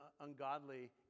ungodly